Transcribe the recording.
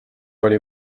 oli